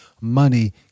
money